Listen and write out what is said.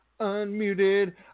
Unmuted